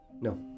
no